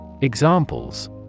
Examples